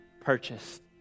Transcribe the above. purchased